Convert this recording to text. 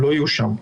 לא יהיו שם.